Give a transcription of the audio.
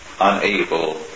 unable